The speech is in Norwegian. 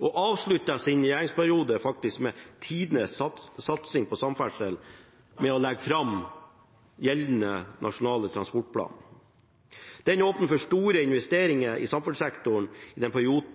og avsluttet sin regjeringsperiode med tidenes satsing på samferdsel ved å legge fram gjeldende Nasjonal transportplan. Den åpnet for store investeringer i samferdselssektoren i den perioden